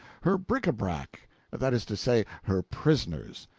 her bric-a-brac that is to say, her prisoners.